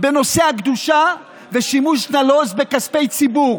בנושא הקדושה ושימוש נלוז בכספי ציבור.